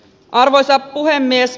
arvoisa puhemies